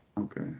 Okay